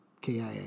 KIA